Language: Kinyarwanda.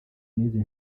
n’izi